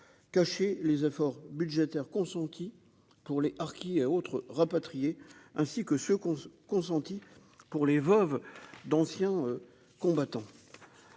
caché les efforts budgétaires consentis pour les harkis et autres rapatriés ainsi que ceux qu'ont consentis pour les veuves d'anciens combattants